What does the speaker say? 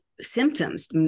symptoms